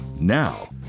now